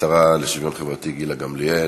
השרה לשוויון חברתי גילה גמליאל.